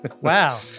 Wow